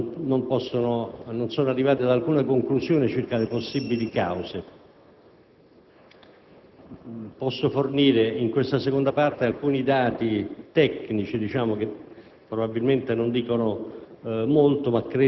parlo di quelli ministeriali - non sono ancora arrivate ad alcuna conclusione circa le possibili cause. Posso fornire in questa seconda parte alcuni dati tecnici, che